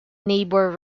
neighbour